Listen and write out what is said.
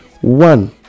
One